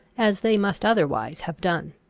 as they must otherwise have done.